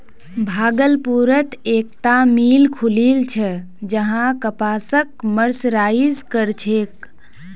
भागलपुरत एकता मिल खुलील छ जहां कपासक मर्सराइज कर छेक